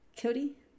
Cody